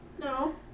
No